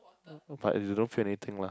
but they don't feel anything lah